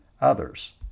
others